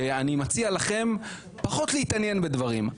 שאני מציע לכם פחות להתעניין בדברים.